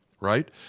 right